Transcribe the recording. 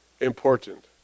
important